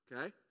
Okay